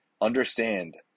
understand